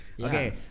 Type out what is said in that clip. Okay